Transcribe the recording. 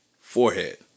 Forehead